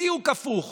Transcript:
בדיוק הפוך